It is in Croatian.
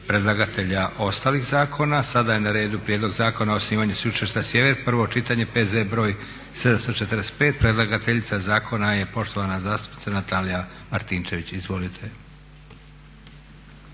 predlagatelja ostalih zakona. Sada je na redu prijedlog Zakona o osnivanju Sveučilišta Sjever, prvo čitanje, P.Z.BR. 745. Predlagateljica zakona je poštovana zastupnica Natalija Martinčević. Izvolite.